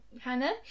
hannah